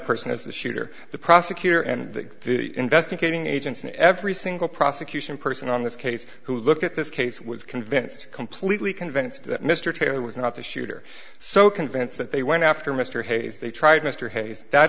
person as the shooter the prosecutor and the investigating agents and every single prosecution person on this case who looked at this case was convinced completely convinced that mr taylor was not the shooter so convinced that they went after mr hayes they tried mr hayes that